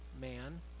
man